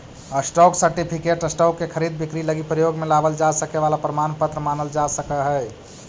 stock certificate stock के खरीद बिक्री लगी प्रयोग में लावल जा सके वाला प्रमाण पत्र मानल जा सकऽ हइ